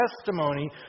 testimony